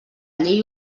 llei